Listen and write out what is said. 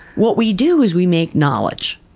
what we do is, we make knowledge,